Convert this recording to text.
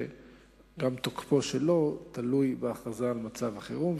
שגם תוקפו שלו תלוי בהכרזה על מצב חירום,